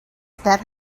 that